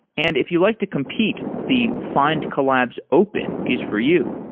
and if you like to compete, the findcollabs open is for you.